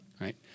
Right